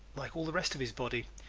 like all the rest of his body,